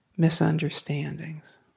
misunderstandings